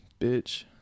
bitch